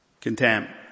contempt